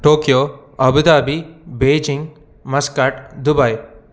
Tokyo Abu Dhabi Beijing Muscat Dubai